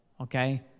okay